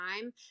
time